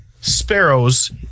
sparrows